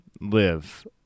live